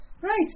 Right